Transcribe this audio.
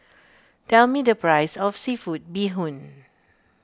tell me the price of Seafood Bee Hoon